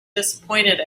disappointed